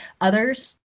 others